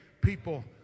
people